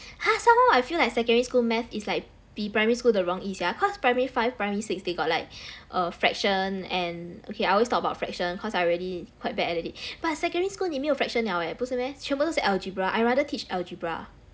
!huh! somehow I feel like secondary school math is like 比 primary school 的容易 sia cause primary five primary six they got like err fraction and okay I always talk about fraction cause I already quite bad at it but secondary school 你没有 fraction now eh 不是 meh 全部都是 algebra I rather teach algebra